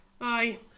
Aye